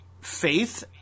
faith